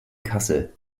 kassel